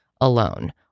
alone